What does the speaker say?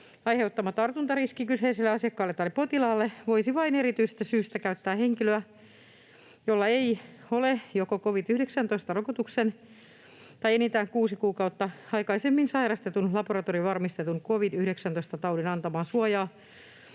aiheuttama tartunnanriski kyseiselle asiakkaalle tai potilaalle, voisi vain erityisestä syystä käyttää henkilöä, jolla ei ole joko covid-19-rokotuksen tai enintään kuusi kuukautta aikaisemmin sairastetun laboratoriovarmistetun covid-19-taudin antamaa suojaa